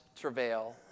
travail